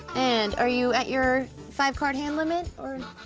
and are you at your five card hand limit, or?